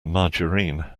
margarine